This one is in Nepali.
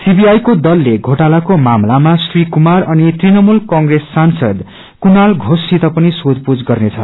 सीबीआई को दलले घोटालाको मामलामा श्री कुमार अनि तृणमूल बंग्रेस सांसद कुणाल घोषसित पनि सोषपूछ गर्नेछ